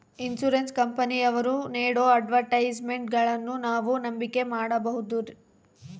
Insurance ಕಂಪನಿಯವರು ನೇಡೋ ಅಡ್ವರ್ಟೈಸ್ಮೆಂಟ್ಗಳನ್ನು ನಾವು ನಂಬಿಕೆ ಮಾಡಬಹುದ್ರಿ?